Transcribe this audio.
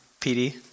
PD